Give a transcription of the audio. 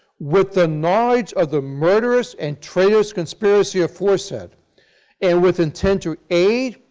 with the knowledge of the murderous and traitorous conspiracy aforesaid and with intent to aid,